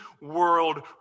world